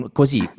così